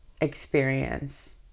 experience